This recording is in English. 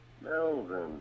Melvin